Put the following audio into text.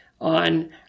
on